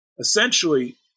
Essentially